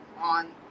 on